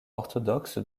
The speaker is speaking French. orthodoxes